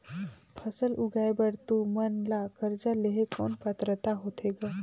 फसल उगाय बर तू मन ला कर्जा लेहे कौन पात्रता होथे ग?